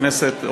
כנסת,